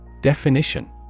definition